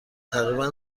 تقریبا